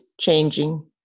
changing